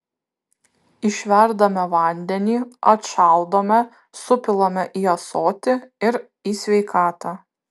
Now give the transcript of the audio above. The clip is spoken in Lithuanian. išverdame vandenį atšaldome supilame į ąsotį ir į sveikatą